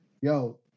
yo